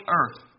earth